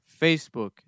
Facebook